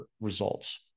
results